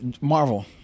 Marvel